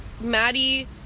Maddie